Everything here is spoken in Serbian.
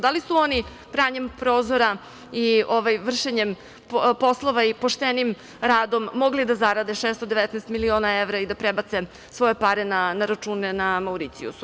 Da li su oni pranjem prozora i vršenjem poslova i poštenim radom mogli da zarade 619 miliona evra i da prebace svoje pare na račune na Mauricijusu?